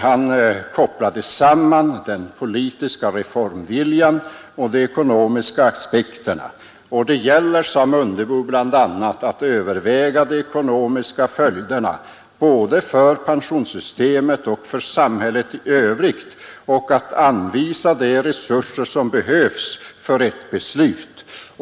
Han kopplade samman den politiska reformviljan och de ekonomiska aspekterna. Det gällde, sade herr Mundebo bl.a., att överväga de ekonomiska följderna både för pensionssystemet och för samhällsekonomin i övrigt samt att anvisa de resurser som behövs för ett beslut.